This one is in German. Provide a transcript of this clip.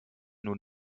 nun